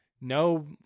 no